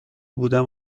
بودم